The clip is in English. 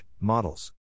models